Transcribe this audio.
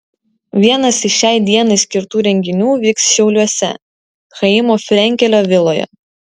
vienas iš šiai dienai skirtų renginių vyks šiauliuose chaimo frenkelio viloje